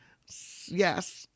yes